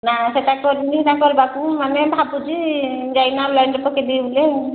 ନା ସେଟା କରିନି ସେଇଟା କରିବାକୁ ମାନେ ଭାବୁଛି ଯାଇ ନ ହେଲେ ଅନ୍ଲାଇନ୍ରେ ପକେଇ ଦେବି ବୋଲି ଆଉ